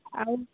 ଆଉ